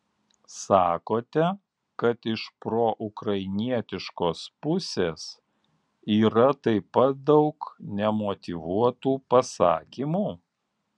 sakote kad iš proukrainietiškos pusės yra taip pat daug nemotyvuotų pasakymų